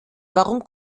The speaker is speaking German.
warum